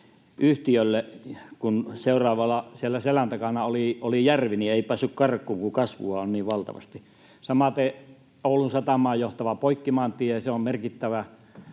siellä selän takana oli järvi, niin ei päässyt karkuun, kun kasvua on niin valtavasti. Samaten Oulun satamaan johtava Poikkimaantie on merkittävä